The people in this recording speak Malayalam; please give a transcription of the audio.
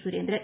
സുരേന്ദ്രൻ